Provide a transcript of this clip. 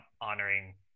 honoring